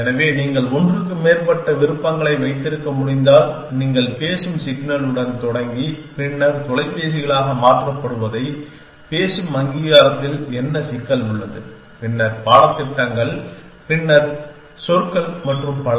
எனவே நீங்கள் ஒன்றுக்கு மேற்பட்ட விருப்பங்களை வைத்திருக்க முடிந்தால் நீங்கள் பேசும் சிக்னலுடன் தொடங்கி பின்னர் தொலைபேசிகளாக மாற்றப்படுவதைப் பேசும் அங்கீகாரத்தில் என்ன சிக்கல் உள்ளது பின்னர் பாடத்திட்டங்கள் பின்னர் சொற்கள் மற்றும் பல